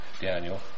Daniel